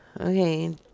Okay